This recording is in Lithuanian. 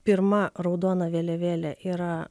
pirma raudona vėliavėlė yra